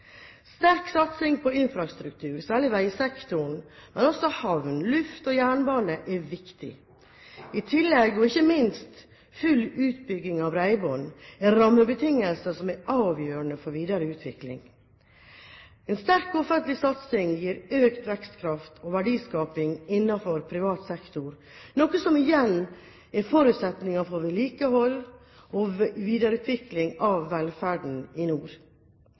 Sterk satsing på infrastruktur, særlig på vegsektoren, men også på havner, lufthavner og jernbane er viktig. I tillegg – og ikke minst – er full utbygging av bredbånd rammebetingelser som er avgjørende for videre utvikling. En sterk offentlig satsing gir økt vekstkraft og verdiskaping innenfor privat sektor, noe som igjen er forutsetningen for vedlikehold og videreutvikling av velferden i nord.